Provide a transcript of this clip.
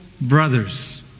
brothers